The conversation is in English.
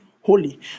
holy